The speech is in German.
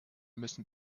müssen